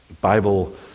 Bible